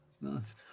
Nice